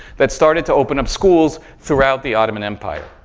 that started to open up schools throughout the ottoman empire.